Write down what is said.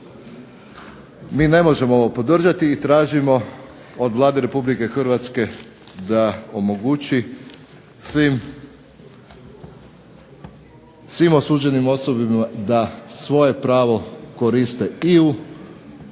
Mi ne možemo ovo podržati i tražimo od Vlade Republike Hrvatske da omogući svim osuđenim osobama da svoje pravo koriste i u